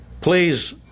Please